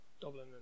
Dublin